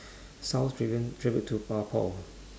south pavillon tribute to pa~ paul